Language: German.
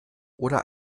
oder